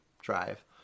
Drive